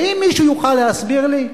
האם מישהו יוכל להסביר לי?